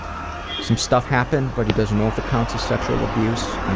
some stuff happened but he doesn't know if it counts as sexual abuse.